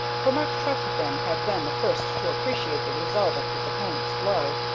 for mark trefethen had been the first to appreciate the result of his opponent's blow,